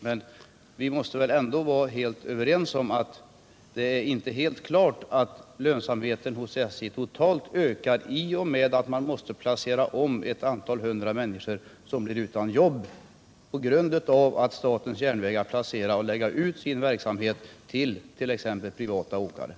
Men vi måste väl ändå vara överens om att det inte är helt klart att SJ:s lönsamhet totalt ökar i och med att man placerar om några hundra människor, som blir utan arbete i samband med att statens järnvägar — såsom nu planeras — lägger ut sin verksamhet t.ex. till privata åkare.